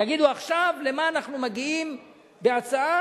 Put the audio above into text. תגידו עכשיו למה אנחנו מגיעים בהצעה,